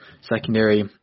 secondary